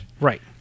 right